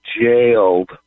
jailed